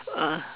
ah